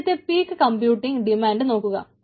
അവിടുത്തെ peak computing demand നോക്കുക